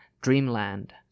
Dreamland